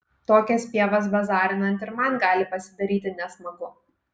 tokias pievas bazarinant ir man gali pasidaryti nesmagu